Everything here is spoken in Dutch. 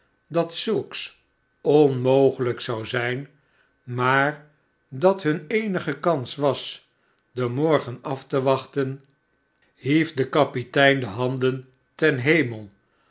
dat zulks onmogelgk zou zgn maar dat hun eenige kans was den morgen afte wachten hief de kapitein de handen ten hemel